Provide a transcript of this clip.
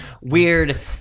weird